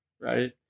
Right